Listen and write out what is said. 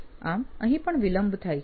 આમ અહીં પણ વિલંબ થાય છે